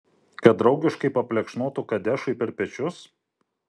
kad draugiškai paplekšnotų kadešui per pečius